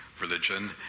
religion